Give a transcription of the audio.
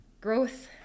growth